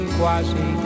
quasi